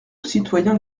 citoyen